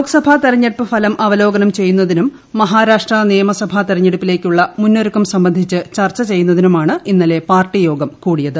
ലോക്സഭാ തിരഞ്ഞെടുപ്പ് ഫലം അവലോകനം ചെയ്യുന്ന തിനും മഹാരാഷ്ട്ര നിയമസഭ തിരഞ്ഞെടുപ്പിലേക്കുള്ള മുന്നൊരുക്കം സംബന്ധിച്ച് ചർച്ച ചെയ്യുന്നതിനുമാണ് ഇന്നലെ പാർട്ടി യോഗം കൂടിയത്